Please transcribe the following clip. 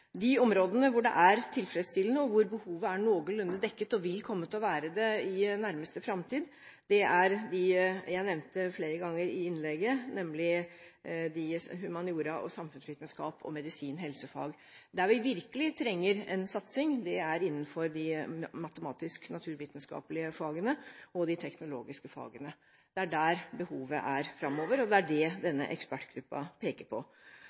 hvor behovet er noenlunde dekket og vil komme til å være det i nærmeste framtid – er dem jeg nevnte flere ganger i innlegget, nemlig humaniora, samfunnsvitenskap og medisin/helsefag. Der vi virkelig trenger en satsing, er innenfor de matematisk/naturvitenskapelige fagene og de teknologiske fagene. Det er der behovet vil være framover, og det er det denne ekspertgruppen peker på.